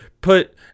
put